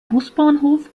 busbahnhof